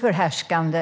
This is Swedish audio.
förhärskande.